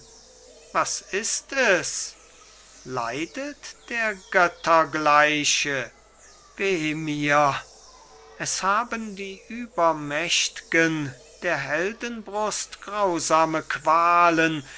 was ist es leidet der göttergleiche weh mir es haben die übermächt'gen der heldenbrust grausame qualen